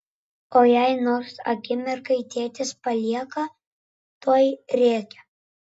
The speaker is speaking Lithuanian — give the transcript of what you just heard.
o jei nors akimirkai tėtis palieka tuoj rėkia